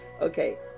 Okay